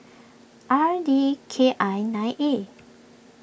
R D K I nine A